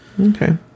Okay